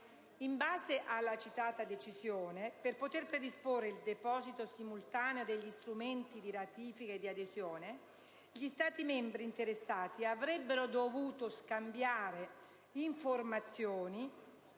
In base alla citata decisione, per poter predisporre il deposito simultaneo degli strumenti di ratifica o di adesione, gli Stati membri interessati avrebbero dovuto scambiare informazioni